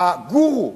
הגורו